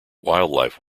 wildlife